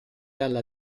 alla